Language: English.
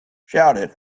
shouted